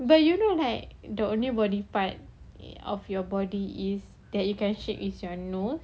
but you know like the only body part of your body that you can shape is your nose